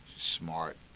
smart